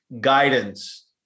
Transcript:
guidance